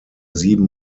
sieben